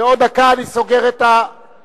בעוד דקה אני סוגר את הרשימה.